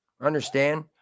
understand